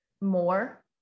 more